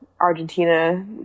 Argentina